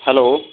hello